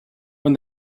when